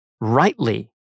rightly